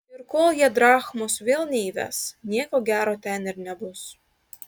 ir kol jie drachmos vėl neįves nieko gero ten ir nebus